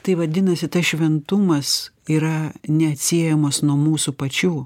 tai vadinasi tas šventumas yra neatsiejamas nuo mūsų pačių